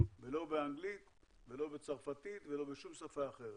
לא בצרפתית ולא בשום שפה אחרת.